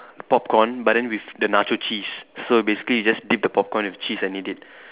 popcorn but then with the nacho cheese so basically you just dip the popcorn with cheese and eat it